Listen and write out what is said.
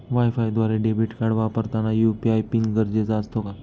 वायफायद्वारे debit card वापरताना UPI PIN गरजेचा असतो का?